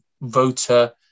voter